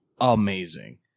amazing